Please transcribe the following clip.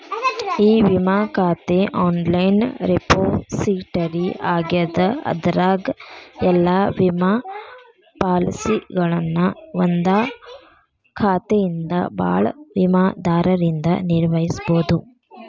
E ವಿಮಾ ಖಾತೆ online repository ಆಗ್ಯದ ಅದರಾಗ ಎಲ್ಲಾ ವಿಮಾ ಪಾಲಸಿಗಳನ್ನ ಒಂದಾ ಖಾತೆಯಿಂದ ಭಾಳ ವಿಮಾದಾರರಿಂದ ನಿರ್ವಹಿಸಬೋದು